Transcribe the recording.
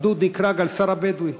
הגדוד נקרא: הגדס"ר הבדואי.